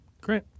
Great